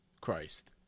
Christ